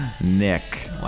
Nick